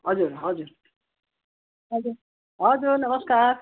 हजुर हजुर हजुर नमस्कार